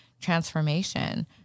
transformation